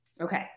Okay